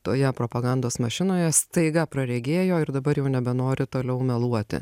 toje propagandos mašinoje staiga praregėjo ir dabar jau nebenori toliau meluoti